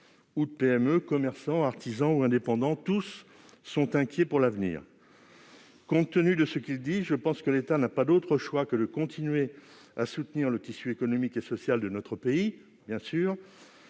ou de PME, commerçants, artisans ou indépendants, tous sont inquiets pour l'avenir. Compte tenu de ce qu'ils disent, je pense que l'État n'a pas d'autre choix que de continuer à soutenir le tissu économique et social de notre pays. Ce